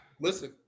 listen